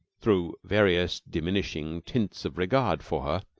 through various diminishing tints of regard for her,